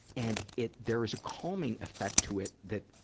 and it, there is a calming effect to it that,